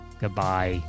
goodbye